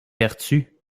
vertus